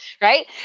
right